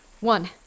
one